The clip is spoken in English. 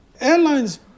Airlines